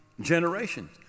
generations